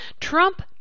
Trump